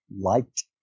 liked